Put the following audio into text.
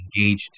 engaged